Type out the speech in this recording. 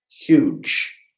Huge